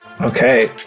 Okay